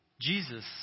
Jesus